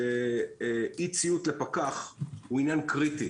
אי-ציות לפקח הוא עניין קריטי